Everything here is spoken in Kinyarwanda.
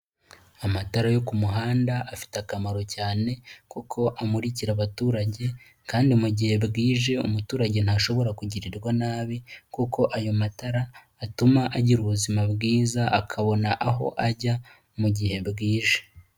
Amatara yo ku muhanda afite akamaro cyane kuko amurikira abaturage kandi mu gihe bwije umuturage ntashobora kugirirwa nabi kuko ayo matara atuma agira ubuzima bwiza akabona aho ajya mu gihe bwije.